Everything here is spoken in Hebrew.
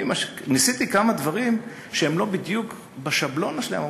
ניסיתי כמה דברים שהם לא בדיוק בשבלונה שלהם,